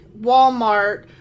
Walmart